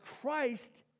Christ